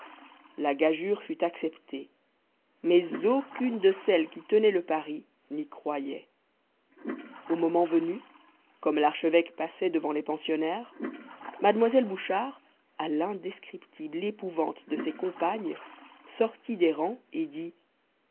la gageure fut acceptée mais aucune de celles qui tenaient le pari n'y croyait au moment venu comme l'archevêque passait devant les pensionnaires mademoiselle bouchard à l'indescriptible épouvante de ses compagnes sortit des rangs et dit